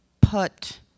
put